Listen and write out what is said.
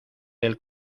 del